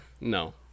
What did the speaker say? No